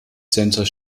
center